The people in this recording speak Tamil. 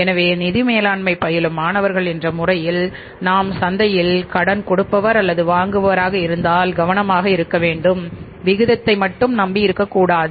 எனவே நிதி மேலாண்மை பயிலும் மாணவர் என்ற முறையில் நாம் சந்தையில் கடன் கொடுப்பவர் அல்லது வாங்குபவர் ஆக இருந்தால் கவனமாக இருக்க வேண்டும் விகிதத்தை மட்டும் நம்பி இருக்கக்கூடாது